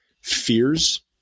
fears